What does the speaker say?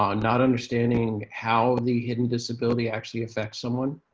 um not understanding how the hidden disability actually affects someone.